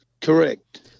Correct